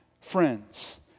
Friends